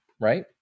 right